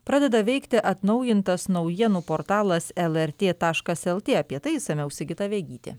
pradeda veikti atnaujintas naujienų portalas el er tė taškas el tė apie tai išsamiau sigita vegytė